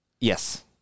Yes